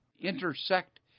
intersect